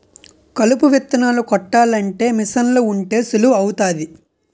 కలుపు విత్తనాలు కొట్టాలంటే మీసన్లు ఉంటే సులువు అవుతాది